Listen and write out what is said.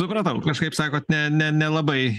supratau kažkaip sakot ne ne nelabai